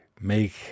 make